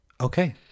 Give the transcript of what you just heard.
Okay